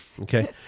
okay